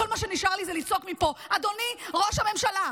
כל מה שנשאר לי הוא לצעוק מפה: אדוני ראש הממשלה,